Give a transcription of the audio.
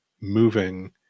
moving